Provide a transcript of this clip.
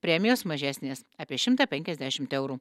premijos mažesnės apie šimtą penkiasdešimt eurų